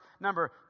number